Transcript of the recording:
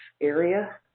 area